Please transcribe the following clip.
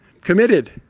Committed